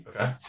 Okay